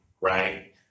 right